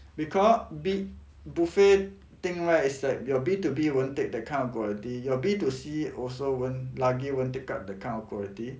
because b~ buffet thing right is like your B two B won't take the kind of quality your B two C also won't lagi won't take up that kind of quality